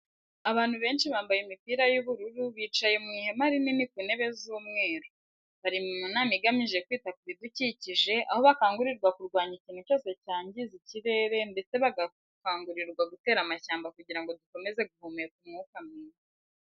Abantu benshi bambaye imipira y'ubururu, bicaye mu ihema rinini ku ntebe z'umweru. Bari mu nama igamije kwita ku bidukikije, aho bakangurirwa kurwanya ikintu cyose cyangiza ikirere ndetse bagakangurirwa gutera amashyamba kugirango dukomeze guhumeka umwuka mwiza.